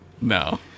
No